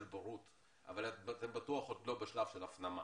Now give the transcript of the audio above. בורות אבל אתם בטוח עוד לא בשלב של הפנמה,